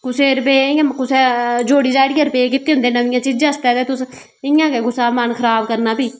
कुसै रुपये कुसै जोड़ी जाड़िये रुपये किट्ठे कीते दे होंदे नमियें चीजें आस्तै तुस इयां गै कुसै दा मन खराब करना फ्ही